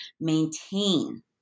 maintain